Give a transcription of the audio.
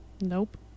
nope